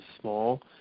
small